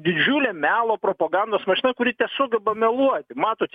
didžiulė melo propagandos mašina kuri tesugeba meluoti matot